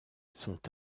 sont